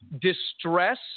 distress